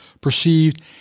perceived